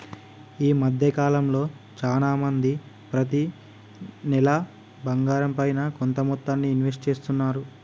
ఈ మద్దె కాలంలో చానా మంది ప్రతి నెలా బంగారంపైన కొంత మొత్తాన్ని ఇన్వెస్ట్ చేస్తున్నారు